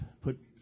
put